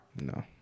No